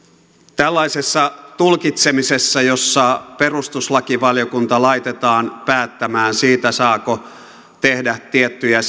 tällaisessa tulkitsemisessa jossa perustuslakivaliokunta laitetaan päättämään siitä saako tehdä tiettyjä